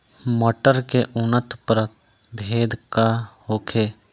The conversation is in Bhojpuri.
मटर के उन्नत प्रभेद का होखे?